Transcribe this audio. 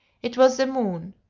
it was the moon.